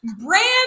Brand